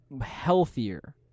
healthier